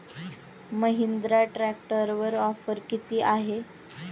महिंद्रा ट्रॅक्टरवर ऑफर किती आहे?